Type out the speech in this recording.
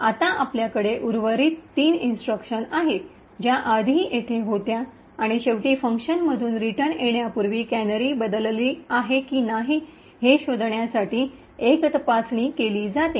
आता आपल्याकडे उर्वरित तीन इन्स्ट्रक्शन आहेत ज्या आधी येथे होत्या आणि शेवटी फंक्शनमधून रिटर्न येण्यापूर्वी कॅनरी बदलली आहे की नाही हे शोधण्यासाठी एक तपासणी चाचणी - check केली जाते